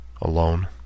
Alone